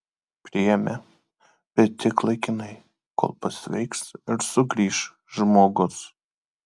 priėmė bet tik laikinai kol pasveiks ir sugrįš žmogus